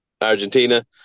Argentina